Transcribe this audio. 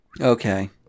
Okay